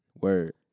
Word